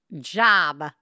job